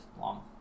long